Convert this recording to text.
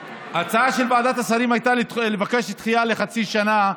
ההצעה של ועדת השרים הייתה לבקש דחייה לחצי שנה,